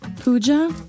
Puja